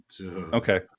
Okay